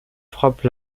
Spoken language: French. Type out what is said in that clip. frappe